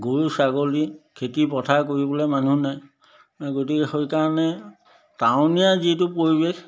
গৰু ছাগলী খেতি পথাৰ কৰিবলৈ মানুহ নাই গতিকে সেইকাৰণে টাউনীয়া যিটো পৰিৱেশ